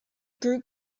group